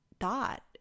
thought